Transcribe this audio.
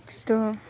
त्यस्तो